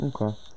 Okay